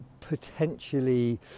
potentially